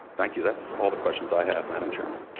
thank you, that's all the questions i have, madam chairman.